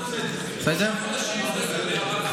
אין לי, אדוני, אין לי בעיה למשוך את הצעת החוק.